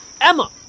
Emma